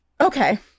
Okay